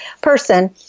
person